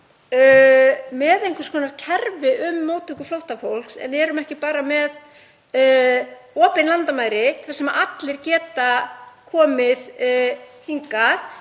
með einhvers konar kerfi um móttöku flóttafólks en erum ekki bara með opin landamæri þar sem allir geta komið hingað